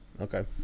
okay